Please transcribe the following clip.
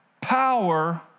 power